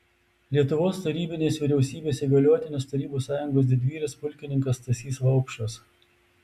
lietuvos tarybinės vyriausybės įgaliotinis tarybų sąjungos didvyris pulkininkas stasys vaupšas